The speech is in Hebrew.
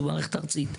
שהוא המערכת הארצית,